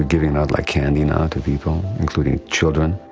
giving out like candy now to people, including children.